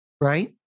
right